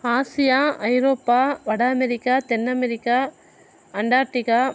Asia ஐரோப்பா வட America தென் அமேரிக்கா அண்டார்டிகா